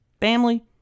Family